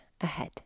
ahead